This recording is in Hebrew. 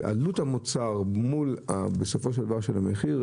ועלות המוצר מול בסופו של דבר המחיר,